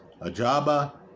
Ajaba